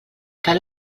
cal